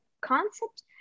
concept